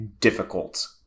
difficult